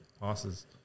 passes